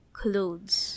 clothes